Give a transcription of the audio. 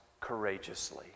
courageously